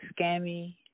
scammy